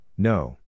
No